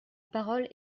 parole